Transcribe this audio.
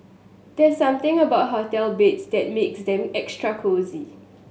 there's something about hotel beds that makes them extra cosy